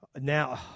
Now